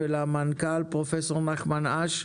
ולמנכ"ל פרופסור נחמן אש,